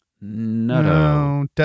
No